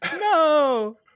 no